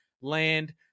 land